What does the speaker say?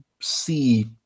see